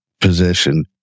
position